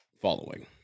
following